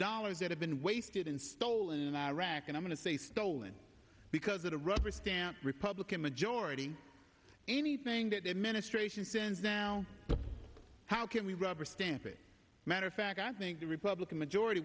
dollars that have been wasted and stolen in iraq and i'm going to say stolen because of a rubber stamp republican majority anything that administration sins now how can we rubber stamp it matter of fact i think the republican majority